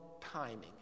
timing